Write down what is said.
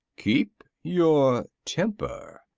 keep your temper,